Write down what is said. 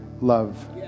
love